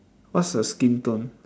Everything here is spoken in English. what's her skin tone